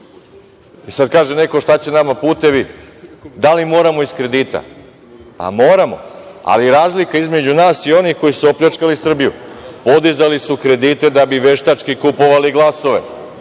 kuće. Sad kaže neko – šta će nama putevi, da li moramo iz kredita? Moramo. Ali, razlika između nas i onih koji su opljačkali Srbiju, podizali su kredite da bi veštački kupovali glasove,